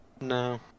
No